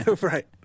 Right